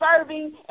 serving